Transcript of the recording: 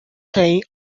playing